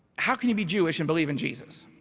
how can you be jewish and believe in jesus?